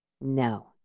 no